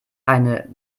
eine